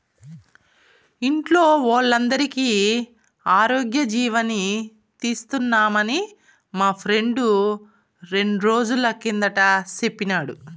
ఇంట్లో వోల్లందరికీ ఆరోగ్యజీవని తీస్తున్నామని మా ఫ్రెండు రెండ్రోజుల కిందట సెప్పినాడు